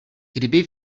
kdyby